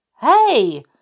hey